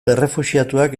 errefuxiatuak